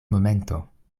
momento